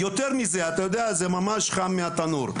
יותר מזה אתה יודע זה ממש חם מהתנור,